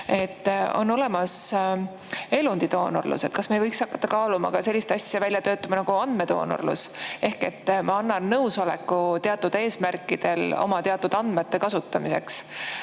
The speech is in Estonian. On olemas elundidoonorlus. Kas me ei võiks hakata ka sellist asja välja töötama nagu andmedoonorlus ehk et ma annan nõusoleku teatud eesmärkidel oma andmete kasutamiseks?